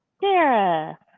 Sarah